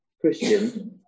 Christian